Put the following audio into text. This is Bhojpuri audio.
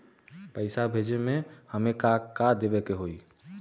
पैसा भेजे में हमे का का देवे के होई?